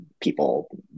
people